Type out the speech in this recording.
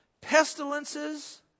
pestilences